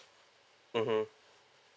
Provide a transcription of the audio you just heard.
mmhmm